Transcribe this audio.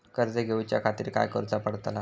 कर्ज घेऊच्या खातीर काय करुचा पडतला?